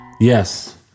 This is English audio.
yes